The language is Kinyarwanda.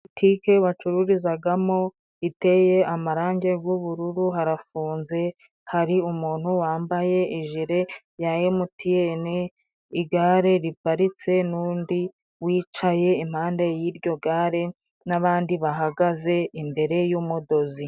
Butike bacururizagamo iteye amarangi g'ubururu harafunze, hari umuntu wambaye ijire ya emuti ene, igare riparitse n'undi wicaye impande y'iryo gare n'abandi bahagaze imbere y'umudozi.